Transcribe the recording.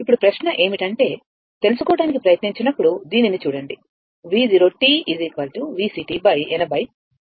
ఇప్పుడు ప్రశ్న ఏమిటంటే తెలుసుకోవడానికి ప్రయత్నించినప్పుడు దీనిని చూడండిV0 VC 80x40 అని రాస్తున్నాము